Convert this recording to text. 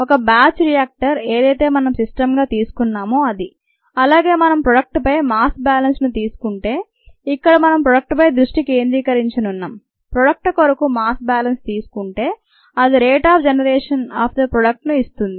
ఒక batch reactor ఏదైతే మనం సిస్టమ్ గా తీసుకున్నామో అది అలాగే మనం ప్రోడక్ట్ పై మాస్ బ్యాలెన్స్ ను తీసుకుంటే ఇక్కడ మనం ప్రోడక్ట్ పై దృష్టి కేంద్రీకరించనున్నాం ప్రోడక్ట్ కొరకు మాస్ బ్యాలెన్స్ తీసుకుంటే అది rate of generation of the ప్రోడక్ట్ను ఇస్తుంది